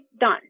done